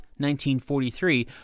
1943